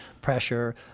pressure